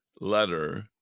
letter